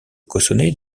cossonay